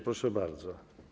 Proszę bardzo.